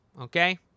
okay